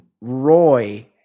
Roy